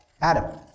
Adam